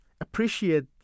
appreciate